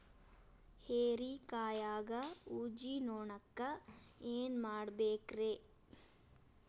ಹೇರಿಕಾಯಾಗ ಊಜಿ ನೋಣಕ್ಕ ಏನ್ ಮಾಡಬೇಕ್ರೇ?